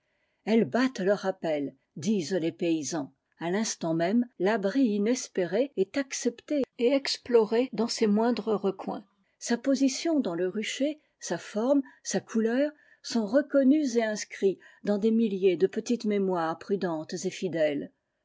elles battent le rappel disenfles paysans a l'instant même l'abri inespéré est accepté et exploré dans ses moindres recoins sa position dans le rucher sa forme sa couleur sont reconnus et inscrits dans des milliers de petites mémoires prudentes et fidèles